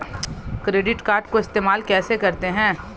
Credit card को इस्तेमाल कैसे करते हैं?